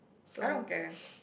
I don't care